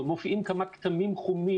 מופיעים כמה כתמים חומים,